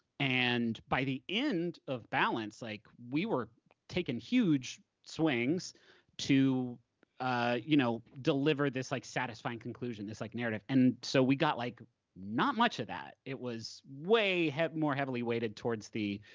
and by the end of balance, like we were taking huge swings to you know deliver this like satisfying conclusion, this like narrative. and so we got like not much of that. it was way more heavily weighted towards the